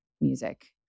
music